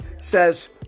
says